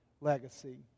legacy